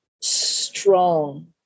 strong